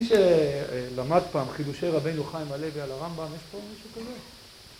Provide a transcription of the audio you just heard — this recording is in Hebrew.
מי שלמד פעם חידושי רבינו חיים הלוי על הרמב״ם יש פה מישהו כזה